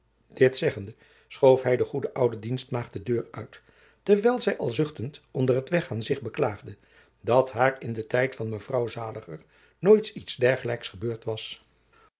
dit zeggende schoof hij de goede oude dienstmaagd de deur uit terwijl zij al zuchtend onder t weggaan zich beklaagde dat haar in den tijd van mevrouw zaliger nooit iets dergelijks gebeurd was